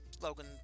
Logan